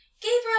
Gabriel